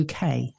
UK